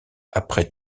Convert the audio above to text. après